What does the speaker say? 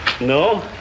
No